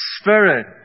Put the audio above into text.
Spirit